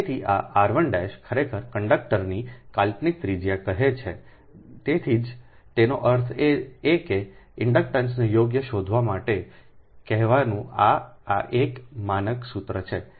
તેથી આ r 1 ખરેખર કન્ડક્ટરની કાલ્પનિક ત્રિજ્યા કહે છે તેથી જતેનો અર્થ એ કે ઇન્ડડક્શનને યોગ્ય શોધવા માટે કહેવાનું આ આ એક માનક સૂત્ર છે